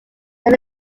that